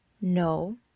No